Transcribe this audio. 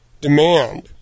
demand